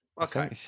Okay